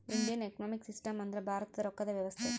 Indian economic system ಅಂದ್ರ ಭಾರತದ ರೊಕ್ಕದ ವ್ಯವಸ್ತೆ